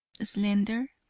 slender,